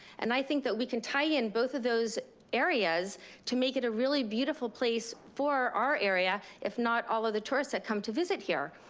and i think that we can tie in both of those areas to make it a really beautiful place for our area, if not all of the tourists that come to visit here.